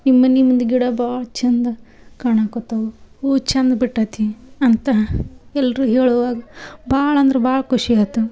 ನಿಮ್ಮನೆ ಮುಂದೆ ಗಿಡ ಭಾಳ ಚಂದ ಕಾಣಕತ್ತವು ಹೂ ಛಂದ ಬಿಟ್ಟೈತಿ ಅಂತ ಎಲ್ಲರೂ ಹೇಳುವಾಗ ಭಾಳ ಅಂದ್ರೆ ಭಾಳ ಖುಷಿ ಆಗ್ತವ